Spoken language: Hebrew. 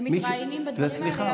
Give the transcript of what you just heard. מתראיינים בדברים האלה,